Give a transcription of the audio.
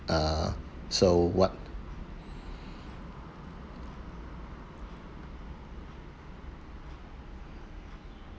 uh so what